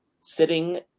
sitting